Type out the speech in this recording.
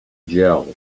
gel